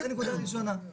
זו נקודה ראשונה.